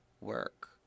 work